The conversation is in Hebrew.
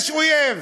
יש אויב,